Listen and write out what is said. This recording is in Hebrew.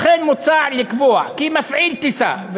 מוצע לקבוע כי מפעיל טיסה,